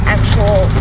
Actual